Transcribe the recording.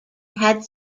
had